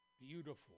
beautiful